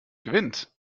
gewinnt